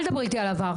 אל תדברי איתי על העבר.